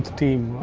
team.